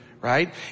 right